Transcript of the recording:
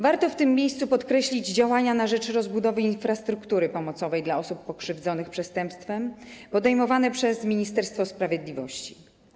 Warto w tym miejscu podkreślić działania na rzecz rozbudowy infrastruktury pomocowej dla osób pokrzywdzonych przestępstwem, podejmowane przez Ministerstwo Sprawiedliwości.